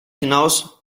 hinaus